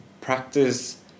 practice